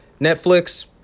Netflix